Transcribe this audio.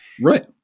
right